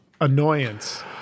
annoyance